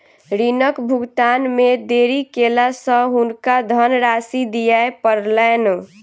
ऋणक भुगतान मे देरी केला सॅ हुनका धनराशि दिअ पड़लैन